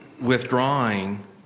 withdrawing